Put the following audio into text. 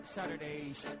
Saturday's